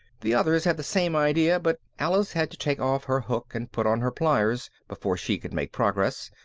the others had the same idea, but alice had to take off her hook and put on her pliers, before she could make progress.